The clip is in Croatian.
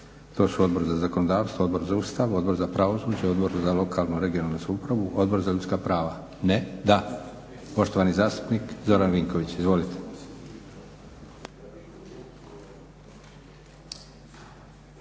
To su Odbor za zakonodavstvo, Odbor za Ustav, Odbor za pravosuđe, Odbor za lokalnu, regionalnu samoupravu, Odbor za ljudska prava? Ne, da. Poštovani zastupnik Zoran Vinković.